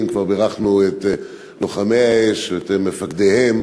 כבר בירכנו את לוחמי האש ואת מפקדיהם.